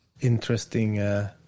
interesting